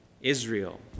Israel